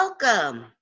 Welcome